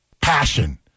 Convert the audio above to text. passion